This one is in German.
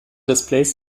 displays